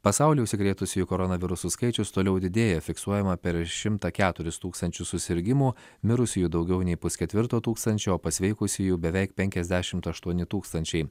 pasaulyje užsikrėtusiųjų koronavirusu skaičius toliau didėja fiksuojama per šimtą keturis tūkstančius susirgimų mirusiųjų daugiau nei pusketvirto tūkstančio pasveikusiųjų beveik penkiasdešimt aštuoni tūkstančiai